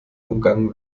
umgangen